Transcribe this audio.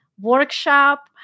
workshop